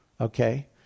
Okay